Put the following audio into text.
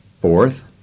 fourth